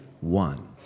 one